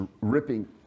ripping